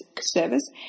service